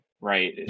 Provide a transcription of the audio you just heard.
right